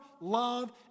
love